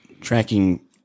tracking